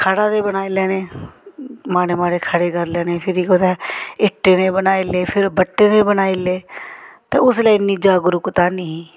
खड़ा दे बनाई लैने माड़े माड़े खड़े करी लैने फिरी कुदै इट्टें दे बनाई ले फिर बट्टें दे बनाई ले ते उसलै इन्नी जागरूकता हैनी ही